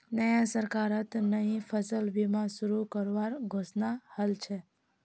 नया सरकारत नई फसल बीमा शुरू करवार घोषणा हल छ